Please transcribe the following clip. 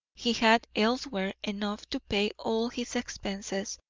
he had elsewhere enough to pay all his expenses,